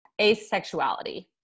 asexuality